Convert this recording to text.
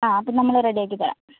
ആ അപ്പോള് നമ്മള് റെഡിയാക്കിത്തരാം